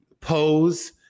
pose